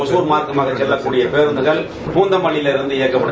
ஒசூர் மார்க்கமாக செல்லக்கடிய பேருந்துகள் பூந்தமல்லியிலிருந்து இயக்கப்படும்